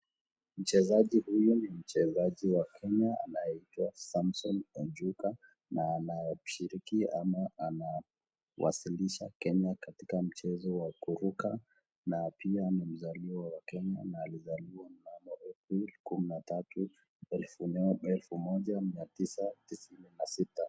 Mchezaji huyu ni mchezaji wa Kenya anayeitwa Samson Onjuka na anashiriki ama anawasilisha Kenya katika mchezo wa kuruka, na pia ni mzaliwa wa Kenya na alizaliwa April kumi na tatu elfu moja mia tisa tisini na sita.